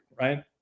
right